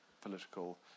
political